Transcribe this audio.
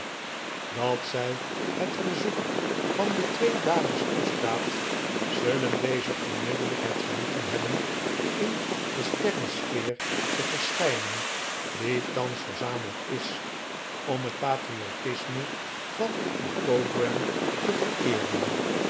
dat zij het verzoek van de twee dames toestaat zullen deze onmiddellijk het genoegen hebben in de sterrensfeer te verschijnen die thans verzameld is om het patriotisme van een pogram te vereeren